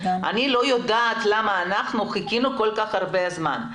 אני לא יודעת למה אנחנו חיכינו כל כך הרבה זמן.